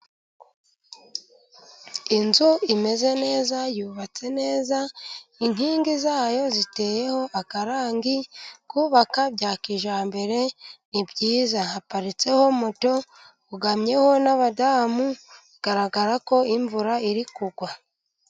Inzu imeze neza, yubatse neza, inkingi zayo ziteyeho akarangi, kubaka bya kijyambere ni byiza, haparitseho moto, hugamyeho n'abagore, bigaragara ko imvura iri kugwa.